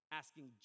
asking